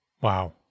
Wow